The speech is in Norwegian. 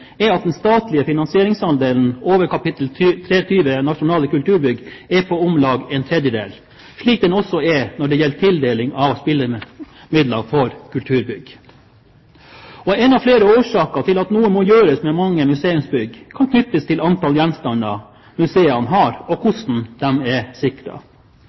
er at den statlige finansieringsandelen over kap. 320 post 73, Nasjonale kulturbygg, er på om lag ⅓, slik den også er når det gjelder tildeling av spillemidler for kulturbygg. En av flere årsaker til at noe må gjøres med mange museumsbygg, kan knyttes til antall gjenstander museene har, og hvordan de er